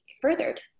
furthered